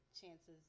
Chance's